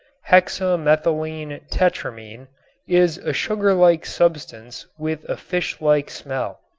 hexa-methylene-tetramine is a sugar-like substance with a fish-like smell.